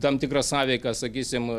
tam tikra sąveika sakysim